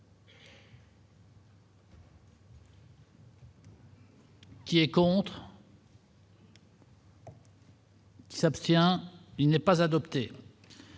Qui est contre. Qui s'abstient, il n'est pas adopté